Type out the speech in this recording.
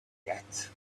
yet